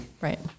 right